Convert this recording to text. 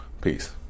Peace